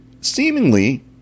seemingly